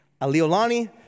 Aliolani